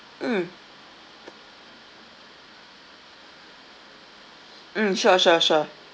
mm mm sure sure sure